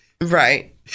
Right